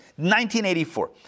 1984